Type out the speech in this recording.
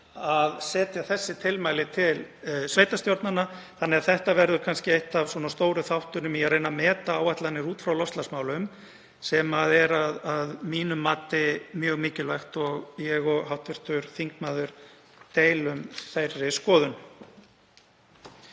að setja þessi tilmæli til sveitarstjórnanna þannig að þetta verður kannski einn af stóru þáttunum í að reyna að meta áætlanir út frá loftslagsmálum sem er að mínu mati mjög mikilvægt og ég og hv. þingmaður deilum þeirri skoðun.